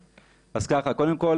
אז קודם כל,